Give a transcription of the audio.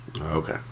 Okay